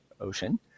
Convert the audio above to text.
ocean